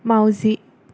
मावजि